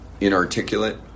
inarticulate